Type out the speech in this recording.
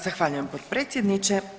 Zahvaljujem potpredsjedniče.